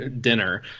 dinner